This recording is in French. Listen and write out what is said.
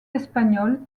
espagnols